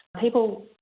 people